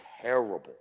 terrible